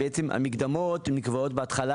המקדמות נקבעות בהתחלה,